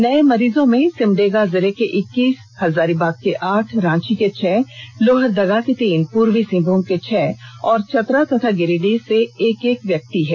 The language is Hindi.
नए मरीजों में सिमडेगा जिले के इक्कीस हजारीबाग जिले के आठ रांची के छह लोहरदगा के तीन पूर्वी सिंहभूम के छह और चतरा तथा गिरिडीह से एक व्यक्ति शामिल हैं